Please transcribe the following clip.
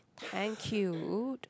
thank you